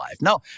No